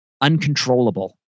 uncontrollable